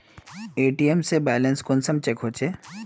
ATM से balance check कुंसम होचे?